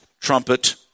trumpet